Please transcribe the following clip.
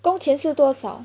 工钱是多少